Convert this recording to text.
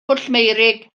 pwllmeurig